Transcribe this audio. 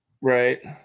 right